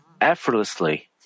effortlessly